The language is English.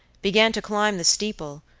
began to climb the steeple,